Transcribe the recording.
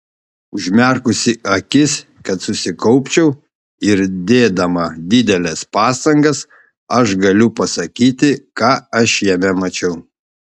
užmerkusi akis kad susikaupčiau ir dėdama dideles pastangas aš galiu pasakyti ką aš jame mačiau